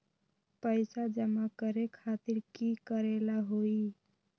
पैसा जमा करे खातीर की करेला होई?